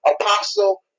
Apostle